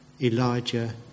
Elijah